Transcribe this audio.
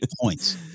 points